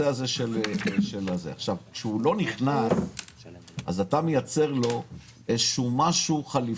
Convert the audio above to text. כשהוא לא נכנס אתה מייצר לו דבר חליפי.